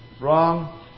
Wrong